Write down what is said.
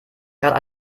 gerade